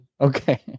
Okay